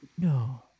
No